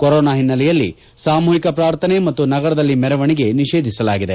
corona ಹಿನ್ನೆಲೆಯಲ್ಲಿ ಸಾಮೂಹಿಕ ಪ್ರಾರ್ಥನೆ ಮತ್ತು ನಗರದಲ್ಲಿ ಮೆರವಣಿಗೆ ನಿಷೇಧಿಸಲಾಗಿದೆ